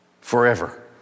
forever